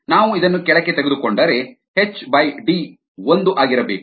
ನಾವು ಇದನ್ನು ಕೆಳಕ್ಕೆ ತೆಗೆದುಕೊಂಡರೆ ಎಚ್ ಬೈ ಡಿ ಒಂದು ಆಗಿರಬೇಕು